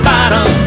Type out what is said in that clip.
Bottom